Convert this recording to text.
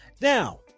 now